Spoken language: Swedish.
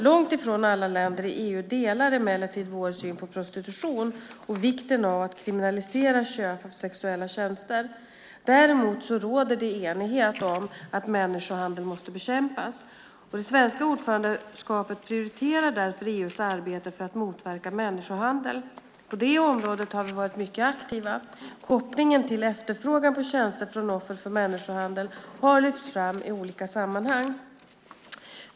Långt ifrån alla länder i EU delar emellertid vår syn på prostitution och vikten av att kriminalisera köp av sexuella tjänster. Däremot råder enighet om att människohandel måste bekämpas. Det svenska ordförandeskapet prioriterar därför EU:s arbete för att motverka människohandel. På detta område har vi varit mycket aktiva. Kopplingen till efterfrågan på tjänster från offer för människohandel har lyfts fram i olika sammanhang.